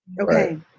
Okay